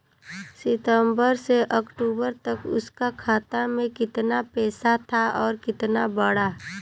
सितंबर से अक्टूबर तक उसका खाता में कीतना पेसा था और कीतना बड़ा?